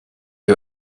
you